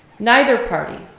neither party,